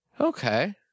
okay